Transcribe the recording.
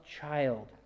child